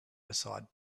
beside